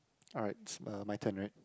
alright my turn right